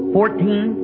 Fourteen